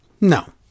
No